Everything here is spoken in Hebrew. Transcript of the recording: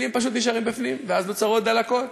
אצלי זה פשוט נשאר בפנים ואז נוצרות דלקות.